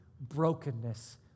brokenness